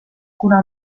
kuna